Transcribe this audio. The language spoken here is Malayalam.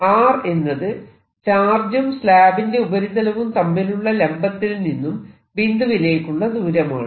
r എന്നത് ചാർജും സ്ലാബിന്റെ ഉപരിതലവും തമ്മിലുള്ള ലംബത്തിൽ നിന്നും ബിന്ദുവിലേക്കുള്ള ദൂരമാണ്